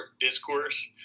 discourse